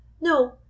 no